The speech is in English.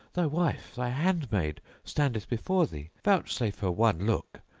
thy wife, thy handmaid, standeth before thee vouchsafe her one look,